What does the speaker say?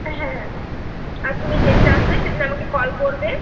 হ্যাঁ আর তুমি যেদিন আসবে সেদিন আমাকে কল করবে